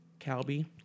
Calby